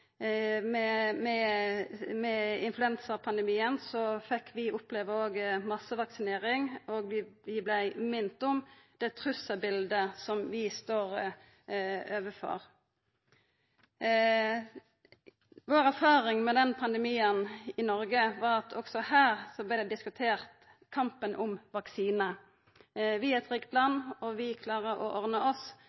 med influensapandemien fekk vi òg oppleva massevaksinering, og vi vart minte om det trugselbiletet som vi står overfor. Erfaringa vår med den pandemien i Noreg var at også her vart kampen om vaksine diskutert. Vi er eit rikt land, og vi klarar å ordna oss,